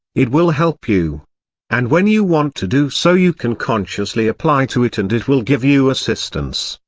it will help you and when you want to do so you can consciously apply to it and it will give you assistance,